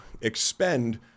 expend